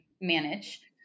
manage